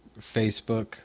Facebook